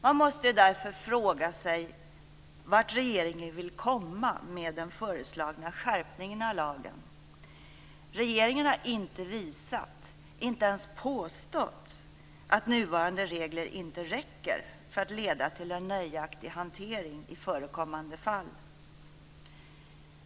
Man måste därför fråga sig vart regeringen vill komma med den föreslagna skärpningen av lagen. Regeringen har inte visat - inte ens påstått - att nuvarande regler inte räcker för att leda till en nöjaktig hantering i förekommande fall.